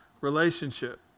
relationship